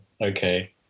Okay